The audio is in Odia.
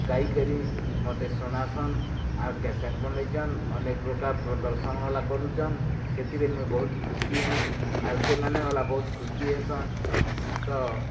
ଗାଇ କରି ମୋତେ ଶୁଣାସନ ଆଉ କ୍ୟାସେଟ୍ ବନେଇଚନ ଅନେକ ପ୍ରକାର ପ୍ରଦର୍ଶନ ଭଲା କରୁଚନ ଏଥିରେ ମୁଁ ବହୁତ ଖୁସି ହେଁ ଆର ସେମାନେ ଭଲା ବହୁତ ଖୁସି ହେସନ ତ